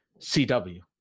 CW